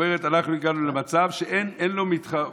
הוא יכול לעבור מבית לבית, לשים לב לכל אחד.